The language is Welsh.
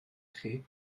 chi